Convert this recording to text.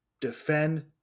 Defend